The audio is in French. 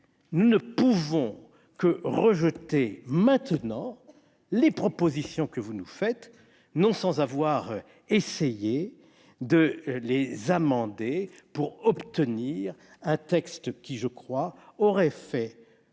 nous ne pouvons que rejeter les propositions que vous nous faites, non sans avoir essayé de les amender pour parvenir à un texte qui, je le pense, aurait